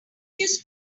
just